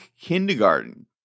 kindergarten